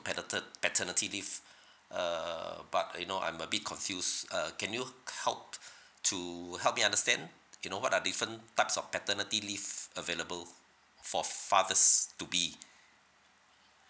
pater~ paternity leave uh but you know I'm a bit confused uh can you help to help me understand you know what are different types of paternity leave available for fathers to be